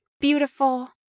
Beautiful